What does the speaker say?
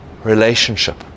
relationship